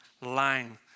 Line